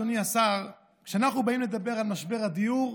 אדוני השר: כשאנחנו באים לדבר על משבר הדיור,